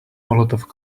molotov